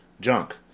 junk